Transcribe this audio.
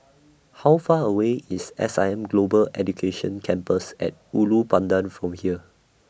How Far away IS S I M Global Education Campus At Ulu Pandan from here